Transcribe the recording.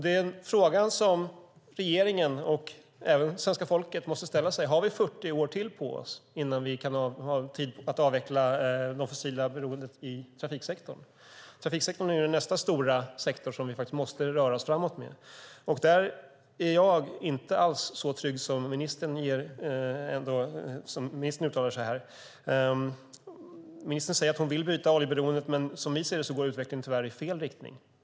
Den fråga som regeringen och även svenska folket måste ställa sig är om vi har 40 år till på oss innan vi kan avveckla det fossila beroendet i trafiksektorn. Trafiksektorn är nästa stora sektor som vi måste röra oss framåt med. Där är jag inte alls så trygg som ministern är. Ministern säger att hon vill bryta oljeberoendet, men som vi ser det går utvecklingen tyvärr i fel riktning.